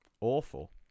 awful